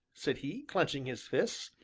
said he, clenching his fists,